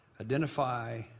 identify